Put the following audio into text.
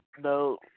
No